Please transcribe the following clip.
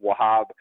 Wahab